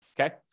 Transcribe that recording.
okay